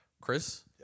Chris